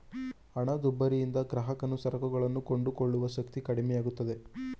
ಹಣದುಬ್ಬರದಿಂದ ಗ್ರಾಹಕನು ಸರಕುಗಳನ್ನು ಕೊಂಡುಕೊಳ್ಳುವ ಶಕ್ತಿ ಕಡಿಮೆಯಾಗುತ್ತೆ